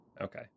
Okay